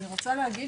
אני רוצה להגיד